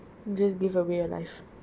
just give away your life